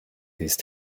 these